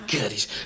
goodies